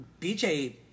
BJ